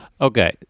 okay